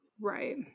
Right